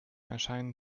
erscheinen